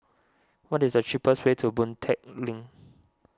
what is the cheapest way to Boon Tat Link